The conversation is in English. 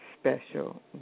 special